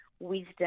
wisdom